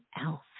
else